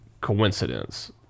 coincidence